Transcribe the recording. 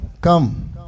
Come